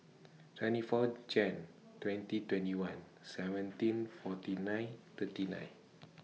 twenty four Jan twenty twenty one seventeen forty nine thirty nine